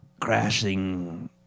Crashing